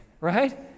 Right